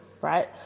right